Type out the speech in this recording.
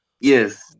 Yes